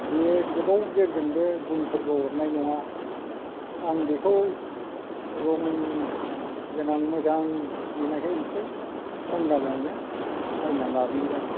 बियो गोबाव जोरगोन बे गुनफोरबो अरनाय नङा आं बेखौ रं गोनां मोजां नुनायखाय एसे खम दामआवनो बायनानै लाबोनाय जादों